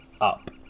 up